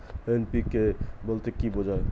NPK বলতে কী বোঝায়?